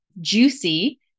juicy